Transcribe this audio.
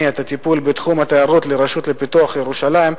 את הטיפול בתחום התיירות לרשות לפיתוח ירושלים,